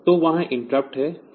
तो वहाँ इंटरप्ट हैं